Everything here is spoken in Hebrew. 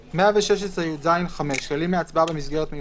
"116יז 5. כללים להצבעה במסגרת מיוחדת.